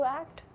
act